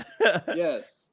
Yes